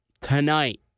tonight